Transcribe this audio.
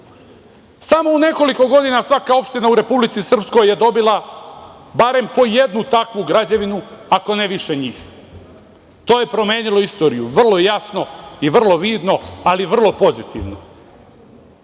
u nekoliko godina svaka opština u Republici Srpskoj je dobila barem po jednu takvu građevinu, ako ne više njih. To je promenilo istoriju vrlo jasno i vrlo vidno, ali vrlo pozitivno.